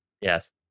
Yes